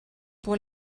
pour